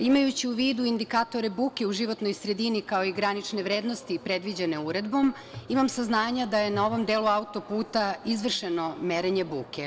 Imajući u vidu indikatore buke u životnoj sredini kao i granične vrednosti predviđene uredbom, imam saznanja da je na ovom delu auto-puta izvršeno merenje buke.